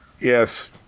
Yes